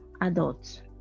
adult